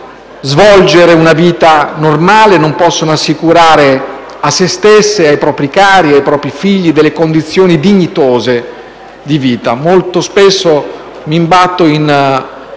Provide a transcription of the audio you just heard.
possono svolgere una vita normale, non possono assicurare a sé stessi, ai propri cari e ai propri figli delle condizioni dignitose di vita. Molto spesso, anche